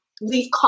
leave